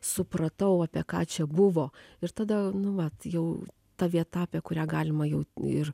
supratau apie ką čia buvo ir tada nu vat jau ta vieta apie kurią galima jau ir